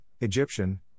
Egyptian